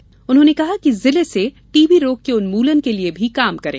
श्रीमती पटेल ने कहा कि जिले से टीबी रोग के उन्मूलन के लिए भी काम करें